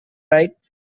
right